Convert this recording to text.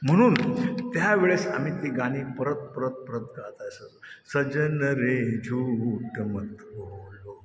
म्हणून त्यावेळेस आम्ही ती गाणी परत परत परत गात असू सजन रे झूट मत बोलो